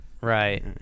Right